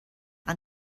and